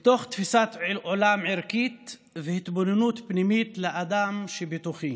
אלא מתוך תפיסת עולם ערכית והתבוננות פנימית לאדם שבתוכי